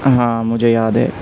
ہاں مجھے یاد ہے